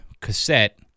cassette